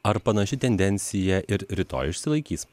ar panaši tendencija ir rytoj išsilaikys